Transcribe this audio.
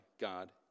God